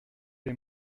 les